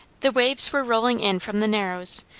the waves were rolling in from the narrows,